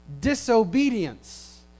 disobedience